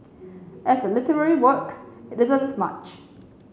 as a literary work it isn't much